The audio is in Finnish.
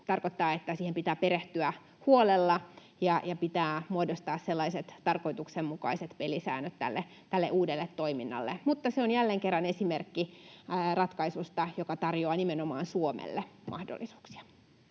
tarkoittaa, että siihen pitää perehtyä huolella ja pitää muodostaa tarkoituksenmukaiset pelisäännöt tälle uudelle toiminnalle. Se on jälleen kerran esimerkki ratkaisusta, joka tarjoaa nimenomaan Suomelle mahdollisuuksia.